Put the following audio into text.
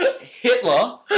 Hitler